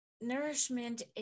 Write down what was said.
nourishment